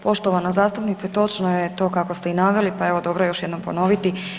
Poštovana zastupnice točno je to kako ste i naveli pa evo dobro je još jednom ponoviti.